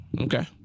Okay